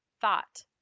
thought